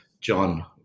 John